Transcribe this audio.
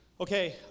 Okay